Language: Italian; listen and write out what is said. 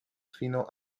fino